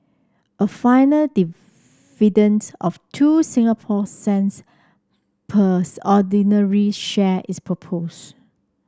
a final dividend of two Singapore cents ordinary share is proposed